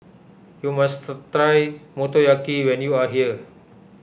you must try Motoyaki when you are here